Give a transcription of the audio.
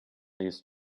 these